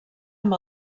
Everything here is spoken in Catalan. amb